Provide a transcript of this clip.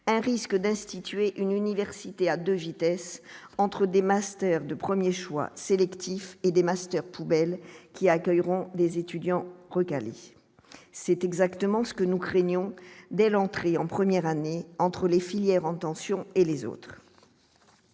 un risque d'instituer une université à 2 vitesses entre des master de 1er choix sélectif et des master poubelle qui accueilleront des étudiants recalés, c'est exactement ce que nous craignons dès l'entrée en première année entre les filières en tension et les autres,